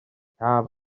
lladd